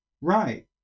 Right